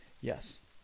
Yes